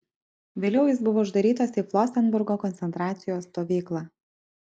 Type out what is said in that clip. vėliau jis buvo uždarytas į flosenburgo koncentracijos stovyklą